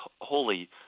holy